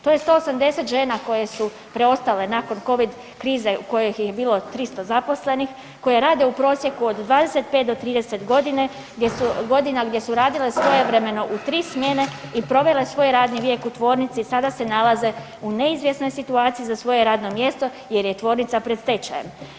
To je 180 žena koje su preostale nakon Covid krize kojih je bilo 300 zaposlenih, koje rade u prosjeku od 25 do 30 godina gdje su radile svojevremeno u 3 smjene i provele svoj radni vijek u tvornici i sada se nalaze u neizvjesnoj situaciji za svoje radno mjesto jer je tvornica pred stečajem.